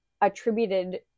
attributed